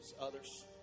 Others